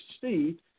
see